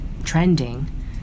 trending